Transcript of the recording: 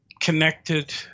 connected